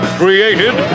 created